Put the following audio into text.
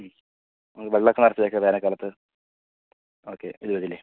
ഉം നമുക്ക് വെള്ളമൊക്കെ നിറച്ച് വെക്കാൻ വേനൽക്കാലത്ത് ഓക്കേ ഇത് മതി അല്ലെ